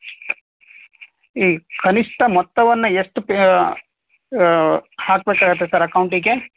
ಈ ಕನಿಷ್ಠ ಮೊತ್ತವನ್ನು ಎಷ್ಟು ಪೇ ಹಾಕಬೇಕಾಗತ್ತೆ ಸರ್ ಅಕೌಂಟಿಗೆ